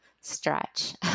stretch